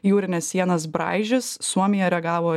jūrines sienas braižės suomija reagavo